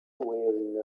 wearing